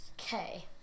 Okay